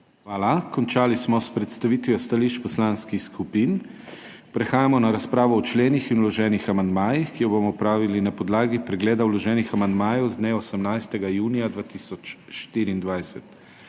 Hvala. Končali smo s predstavitvijo stališč poslanskih skupin. Prehajamo na razpravo o členih in vloženih amandmajih, ki jo bomo opravili na podlagi pregleda vloženih amandmajev z dne 18. junija 2024.